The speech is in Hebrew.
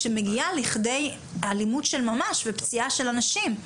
שמגיעה לידי אלימות של ממש ופציעה של אנשים.